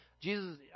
Jesus